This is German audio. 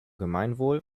gemeinwohl